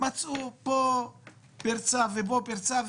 מצאו פה פרצה ושם פרצה.